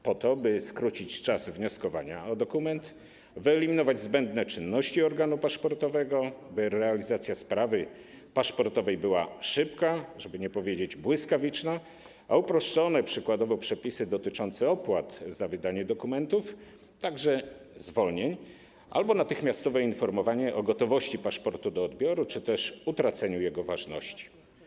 Po to, by skrócić czas wnioskowania o dokument, wyeliminować zbędne czynności organu paszportowego, by realizacja sprawy paszportowej była szybka, żeby nie powiedzieć: błyskawiczna, zostaną uproszczone przepisy, przykładowo dotyczące opłat za wydanie dokumentów, także zwolnień, albo będzie natychmiastowe informowanie o gotowości paszportu do odbioru czy też utraceniu jego ważności.